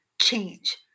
change